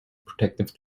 protective